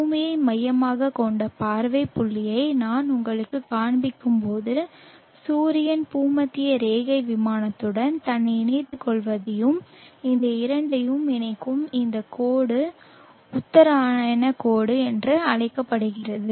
பூமியை மையமாகக் கொண்ட பார்வை புள்ளியை நான் உங்களுக்குக் காண்பிக்கும் போது சூரியன் பூமத்திய ரேகை விமானத்துடன் தன்னை இணைத்துக் கொள்வதையும் இந்த இரண்டையும் இணைக்கும் இந்த கோடு உத்தராயணக் கோடு என்றும் அழைக்கப்படுகிறது